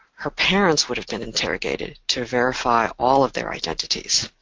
her parents would have been interrogated to verify all of their identities.